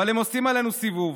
אבל הם עושים עלינו סיבוב,